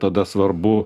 tada svarbu